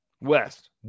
West